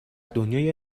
دنیای